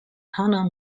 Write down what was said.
hannah